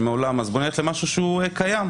אז בוא נלך למשהו קיים,